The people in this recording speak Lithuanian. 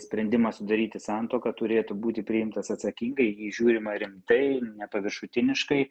sprendimas sudaryti santuoką turėtų būti priimtas atsakingai į jį žiūrima rimtai nepaviršutiniškai